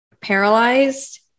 paralyzed